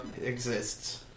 exists